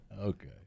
Okay